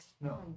no